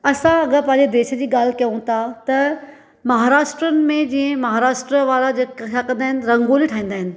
असां अगरि पंहिंजे देश जी ॻाल्हि कयूं था महाराष्ट्रियनि में जीअं महाराष्ट्र वारा छा कंदा आहिनि रंगोली ठाहींदा आहिनि